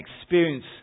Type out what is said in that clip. experience